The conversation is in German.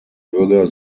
bürger